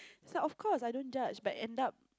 it's like of course I don't judge but end up